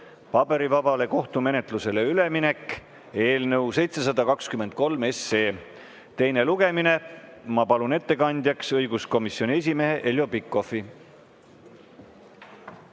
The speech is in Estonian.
(paberivabale kohtumenetlusele üleminek) eelnõu 723 teine lugemine. Ma palun ettekandjaks õiguskomisjoni esimehe Heljo Pikhofi.